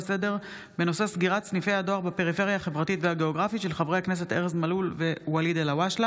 דחופה לסדר-היום של חברי הכנסת ארז מלול וואליד אלהואשלה